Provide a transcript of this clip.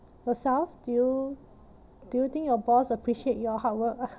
yourself do you do you think your boss appreciate your hard work